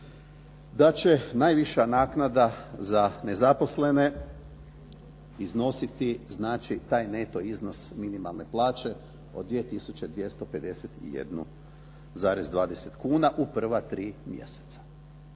da će najviša naknada za nezaposlene iznositi znači taj neto iznos minimalne plaće od 2251,20 kuna u prva tri mjeseca.